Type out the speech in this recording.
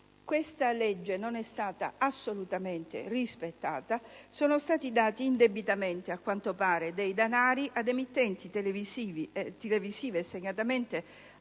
Questa legge non è stata assolutamente rispettata. Sono stati dati, indebitamente a quanto pare, dei denari ad emittenti televisive, segnatamente una,